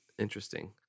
interesting